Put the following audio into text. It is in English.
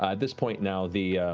at this point now, the